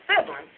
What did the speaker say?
siblings